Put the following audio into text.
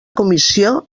comissió